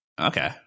okay